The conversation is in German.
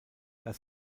das